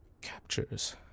captures